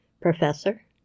Professor